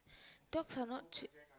dogs are not cheap